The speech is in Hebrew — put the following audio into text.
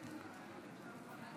בבקשה.